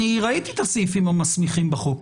אני ראיתי את הסעיפים המסמיכים בחוק.